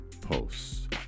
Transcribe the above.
posts